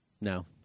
No